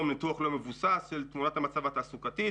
לניתוח לא מבוסס של תמונת המצב התעסוקתית,